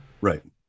Right